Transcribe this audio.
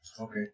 Okay